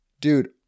dude